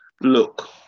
Look